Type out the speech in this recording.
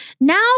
Now